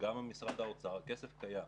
הכסף קיים.